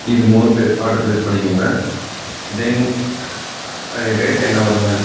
இது மூணு play order place பண்ணிக்கோங்க தென் ரேட் என்ன வருங்க